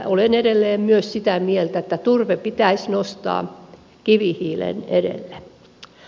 olen edelleen myös sitä mieltä että turve pitäisi nostaa kivihiilen edelle